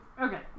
okay